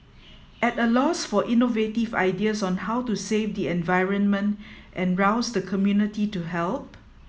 at a loss for innovative ideas on how to save the environment and rouse the community to help